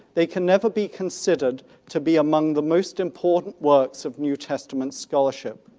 they can never be considered to be among the most important works of new testament scholarship.